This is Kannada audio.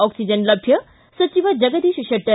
ಅಕ್ಸಿಜನ್ ಲಭ್ಯ ಸಚಿವ ಜಗದೀಶ್ ಶೆಟ್ಟರ್